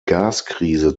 gaskrise